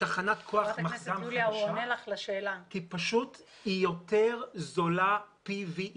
תחנת כוח מחז"מית כי פשוט היא יותר זולה פי.וי.